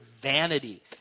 vanity